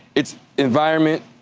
it's environment.